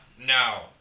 no